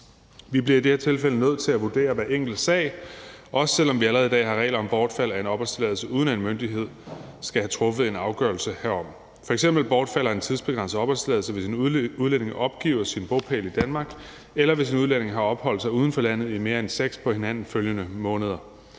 Vi bliver i de tilfælde nødt til at vurdere hver enkelt sag, også selv om vi allerede i dag har regler om bortfald af en opholdstilladelse, uden at en myndighed skal have truffet en afgørelse herom. F.eks. bortfalder en tidsbegrænset opholdstilladelse, hvis en udlænding opgiver sin bopæl i Danmark, eller hvis udlændingen har opholdt sig uden for landet i mere end 6 på hinanden følgende måneder.